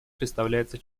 представляется